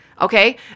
Okay